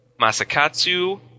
Masakatsu